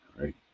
right